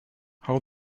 how